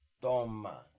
Toma